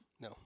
No